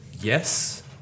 Yes